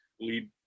lead